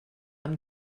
amb